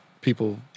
people